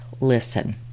listen